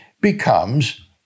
becomes